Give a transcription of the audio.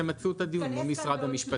תמצו את הדיון מול משרד המשפטים.